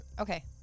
Okay